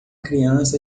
criança